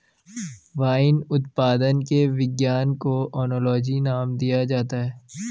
wine उत्पादन के विज्ञान को ओनोलॉजी नाम दिया जाता है